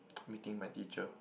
meeting my teacher